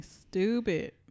Stupid